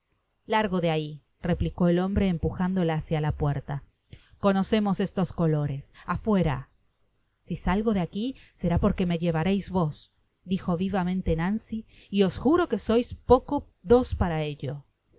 largo de ahi replicó el hombre empujándola hacia la puerta conocemos éstos colores afuera si salgo de aqui será porque me llevaréis vos dijo vir vamente nancy y os juro que sois poco dos para ello